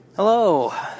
Hello